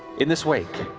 in this wake,